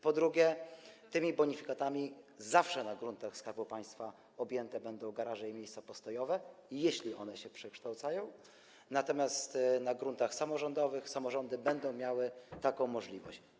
Po drugie, tymi bonifikatami zawsze na gruntach Skarbu Państwa objęte będą garaże i miejsca postojowe, jeśli one się przekształcają, natomiast na gruntach samorządowych samorządy będą miały taką możliwość.